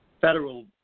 Federal